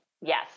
Yes